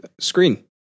Screen